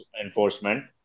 enforcement